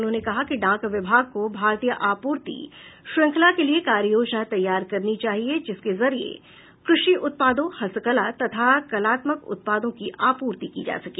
उन्होंने कहा कि डाक विभाग को भारतीय आपूर्ति श्रंखला के लिए कार्य योजना तैयार करनी चाहिए जिसके जरिए कृषि उत्पादों हस्तकला तथा कलात्मक उत्पादों की आपूर्ति की जा सके